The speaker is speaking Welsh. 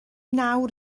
nawr